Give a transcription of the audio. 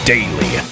Daily